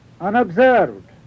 unobserved